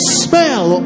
smell